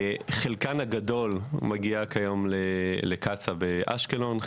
חלקן הגדול מגיעות כיום לקצא"א אשקלון,